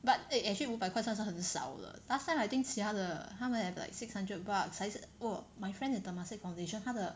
but eh actually 五百块真的是很少了 last time I think 其他的他们 have like six hundred bucks 还是我 my friend in Temasek foundation 他的